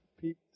pete